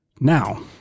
Now